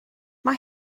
mae